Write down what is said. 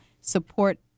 support